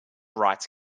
rights